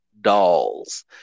dolls